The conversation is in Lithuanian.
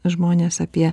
žmones apie